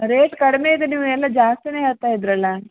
rate ಕಡಿಮೆ ಇದೆ ನೀವು ಎಲ್ಲ ಜಾಸ್ತಿಯೇ ಹೇಳ್ತಾ ಇದ್ರಲ್ಲಾ